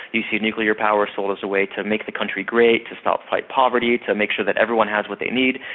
you see nuclear power sold as a way to make the country great, to stop poverty, to make sure that everyone has what they need.